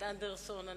אנדרסן,